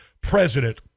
president